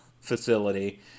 facility